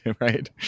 right